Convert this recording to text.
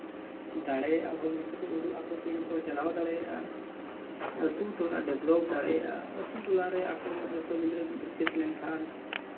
ᱫᱟᱲᱮᱭᱟᱜᱼᱟ ᱦᱚᱨ ᱫᱤᱥᱟᱹ ᱠᱚ ᱩᱫᱩᱜ ᱟᱠᱚ ᱛᱮᱜᱮ ᱠᱚ ᱟᱞᱟᱣ ᱫᱟᱲᱮᱭᱟᱜᱼᱟ ᱟᱛᱳ ᱴᱚᱞᱟ ᱰᱮᱵᱷᱞᱚᱯ ᱫᱟᱲᱮᱭᱟᱜᱼᱟ ᱟᱛᱳ ᱴᱚᱞᱟ ᱨᱮ ᱟᱠᱚ ᱡᱚᱛᱚ ᱜᱤᱫᱽᱨᱟᱹ ᱠᱚ ᱥᱤᱪᱪᱷᱤᱛ ᱞᱮᱱᱠᱷᱟᱱ